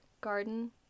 garden